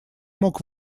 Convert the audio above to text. мог